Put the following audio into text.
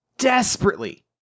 desperately